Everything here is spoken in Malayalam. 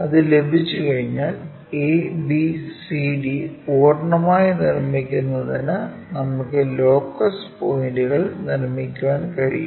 അത് ലഭിച്ചുകഴിഞ്ഞാൽ abcd പൂർണ്ണമായി നിർമ്മിക്കുന്നതിന് നമുക്ക് ലോക്കസ് പോയിന്റുകൾ നിർമ്മിക്കാൻ കഴിയും